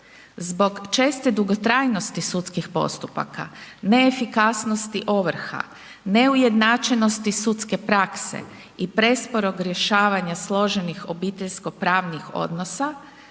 Zbog česte dugotrajnosti sudskih postupaka, neefikasnosti ovrha, neujednačenosti sudske prakse i presporog rješavanja složenih obiteljsko pravnih odnosa